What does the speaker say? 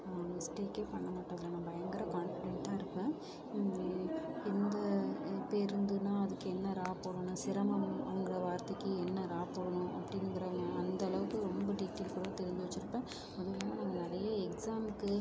நான் மிஸ்டேக்கே பண்ண மாட்டேன் நான் பயங்கர கான்ஃபிடெண்ட்டாக இருப்பேன் எந்த பேருந்துன்னா அதுக்கு என்ன ரா போடணும் சிரமம்ங்கிற வார்த்தைக்கு என்ன ரா போடணும் அப்படிங்குற அந்த அளவுக்கு ரொம்ப டீட்டைல்டாக தெரிஞ்சு வச்சுருப்பேன் அதுவும் இல்லாமல் நான் நிறைய எக்ஸாமுக்கு